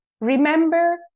Remember